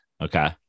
okay